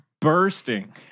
bursting